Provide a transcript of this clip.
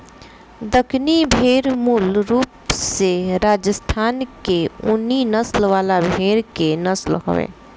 दक्कनी भेड़ मूल रूप से राजस्थान के ऊनी नस्ल वाला भेड़ के नस्ल हवे